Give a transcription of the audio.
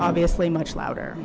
obviously much louder